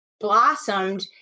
Blossomed